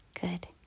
good